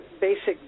basic